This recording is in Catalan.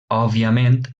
òbviament